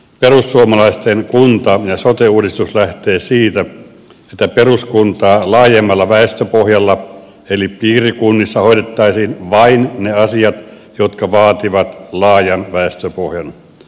perussuomalaisten kunta ja sote uudistus lähtee siitä että peruskuntaa laajemmalla väestöpohjalla eli piirikunnissa hoidettaisiin vain ne asiat jotka vaativat laajan väestöpohjan